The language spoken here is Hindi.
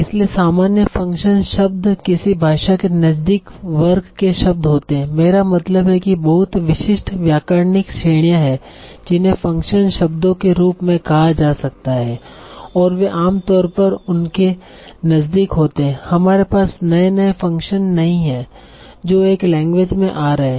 इसलिए सामान्य फ़ंक्शन शब्द किसी भाषा के नजदीक वर्ग के शब्द होते हैं मेरा मतलब है कि बहुत विशिष्ट व्याकरणिक श्रेणियां हैं जिन्हें फ़ंक्शन शब्दों के रूप में कहा जा सकता है और वे आम तौर पर उनके नजदीक होते हैं हमारे पास नए नए फंक्शन नहीं है जो एक लैंग्वेज में आ रहे हैं